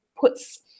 puts